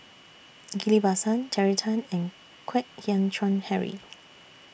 Ghillie BaSan Terry Tan and Kwek Hian Chuan Henry